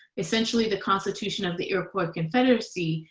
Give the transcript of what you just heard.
essentially the constitution of the iroquois confederacy,